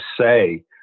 say